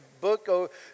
book